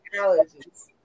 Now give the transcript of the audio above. allergies